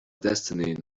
destiny